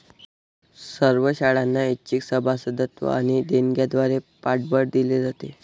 सर्व शाळांना ऐच्छिक सभासदत्व आणि देणग्यांद्वारे पाठबळ दिले जाते